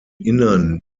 innern